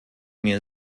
mir